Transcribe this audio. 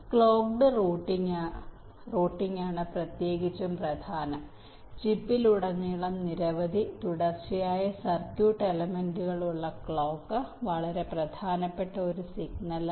clocked റൂട്ടിംഗാണ് പ്രത്യേകിച്ചും പ്രധാനം ചിപ്പിലുടനീളം നിരവധി തുടർച്ചയായ സർക്യൂട്ട് എലെമെന്റുകൾ ഉളള ക്ലോക്ക് വളരെ പ്രധാനപ്പെട്ട ഒരു സിഗ്നലാണ്